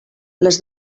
les